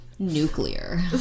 nuclear